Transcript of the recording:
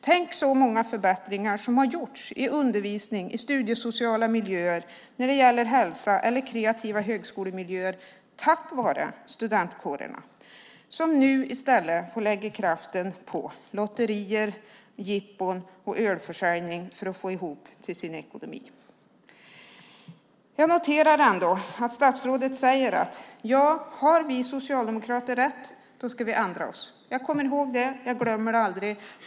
Tänk så många förbättringar som har gjorts i undervisning och i studiesociala miljöer när det gäller hälsa eller kreativa högskolemiljöer tack vare studentkårerna. De får nu i stället lägga kraften på lotterier, jippon och ölförsäljning för att få ihop ekonomin. Jag noterar ändå att statsrådet säger att om vi socialdemokrater har rätt ska de ändra sig. Jag kommer ihåg det, och jag glömmer det aldrig.